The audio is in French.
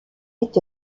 est